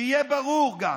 שיהיה ברור גם,